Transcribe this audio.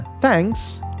thanks